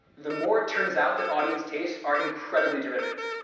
the more it turns out that audience tastes are incredibly derivative.